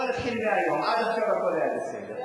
בואי נתחיל מהיום, עד עכשיו הכול היה בסדר.